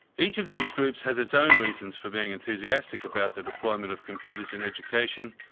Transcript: each of these groups has its own reasons for being enthusiastic about the deployment of computers in education,